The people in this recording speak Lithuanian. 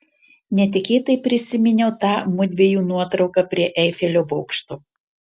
netikėtai prisiminiau tą mudviejų nuotrauką prie eifelio bokšto